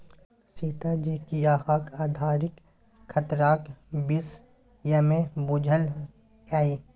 रीता जी कि अहाँक उधारीक खतराक विषयमे बुझल यै?